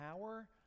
power